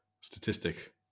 statistic